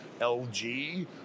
LG